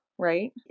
right